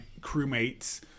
crewmates